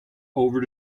over